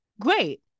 great